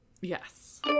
yes